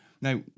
Now